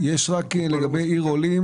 לגבי עיר עולים